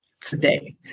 today